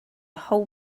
whole